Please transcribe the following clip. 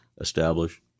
establish